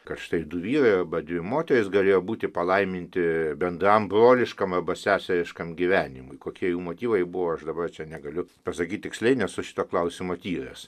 kad štai du vyrai arba dvi moterys galėjo būti palaiminti bendram broliškam arba seseriškam gyvenimui kokie jų motyvai buvo aš dabar čia negaliu pasakyti tiksliai nesu šito klausimo tyręs